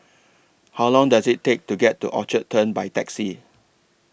How Long Does IT Take to get to Orchard Turn By Taxi